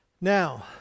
Now